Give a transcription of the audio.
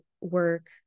work